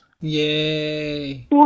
Yay